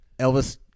Elvis